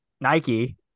Nike